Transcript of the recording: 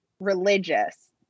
religious